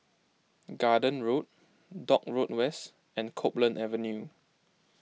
Garden Road Dock Road West and Copeland Avenue